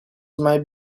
might